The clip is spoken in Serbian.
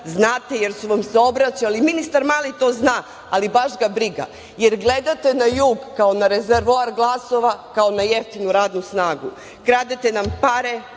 Znate jer su vam se obraćali. Ministar Mali to zna, ali baš ga briga, jer gledate na jug kao na rezervoar glasova, kao na jeftinu radnu snagu. Kradete nam pare,